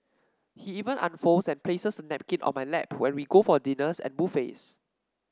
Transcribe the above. he even unfolds and places the napkin on my lap when we go for dinners and buffets